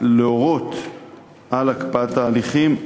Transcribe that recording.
להורות על הקפאת ההליכים,